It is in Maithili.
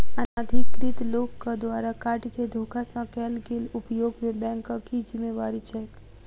अनाधिकृत लोकक द्वारा कार्ड केँ धोखा सँ कैल गेल उपयोग मे बैंकक की जिम्मेवारी छैक?